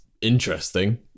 interesting